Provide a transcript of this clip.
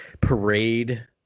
parade